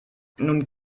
nun